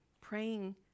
Praying